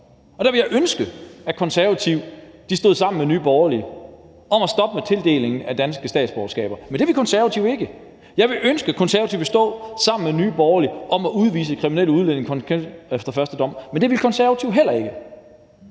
og der ville jeg ønske, at Konservative stod sammen med Nye Borgerlige om at stoppe tildelingen af danske statsborgerskaber. Men det vil Konservative ikke. Jeg ville ønske, at Konservative ville stå sammen med Nye Borgerlige om at udvise kriminelle udlændinge konsekvent og efter første dom. Men det vil Konservative heller ikke.